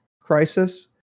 crisis